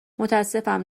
متاسفم